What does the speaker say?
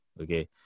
Okay